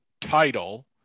title